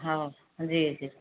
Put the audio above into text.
हा जी जी